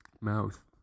mouth